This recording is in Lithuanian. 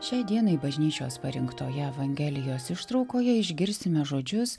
šiai dienai bažnyčios parinktoje evangelijos ištraukoje išgirsime žodžius